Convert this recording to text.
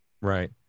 Right